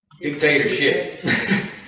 dictatorship